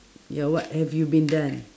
ya what have you been done